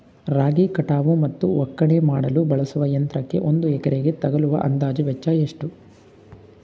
ರಾಗಿ ಕಟಾವು ಮತ್ತು ಒಕ್ಕಣೆ ಮಾಡಲು ಬಳಸುವ ಯಂತ್ರಕ್ಕೆ ಒಂದು ಎಕರೆಗೆ ತಗಲುವ ಅಂದಾಜು ವೆಚ್ಚ ಎಷ್ಟು?